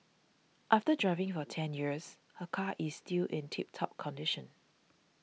after driving for ten years her car is still in tip top condition